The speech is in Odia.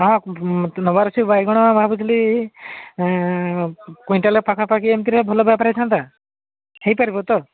ହଁ ମୋତେ ନେବାର ଅଛି ବାଇଗଣ ଭାବୁଥୁଲି କୁଇଣ୍ଟାଲେ ପାଖା ପାଖି ଏମିତିରେ ଭଲ ବ୍ୟାପାର ହୋଇଥାନ୍ତା ହୋଇପାରିବ ତ